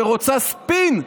ורוצה ספין,